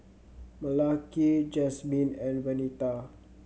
Malakai Jasmyne and Venita